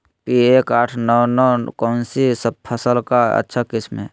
P एक आठ नौ नौ कौन सी फसल का अच्छा किस्म हैं?